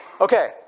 Okay